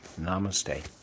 Namaste